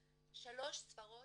גם שלוש ספרות